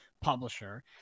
publisher